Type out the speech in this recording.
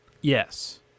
yes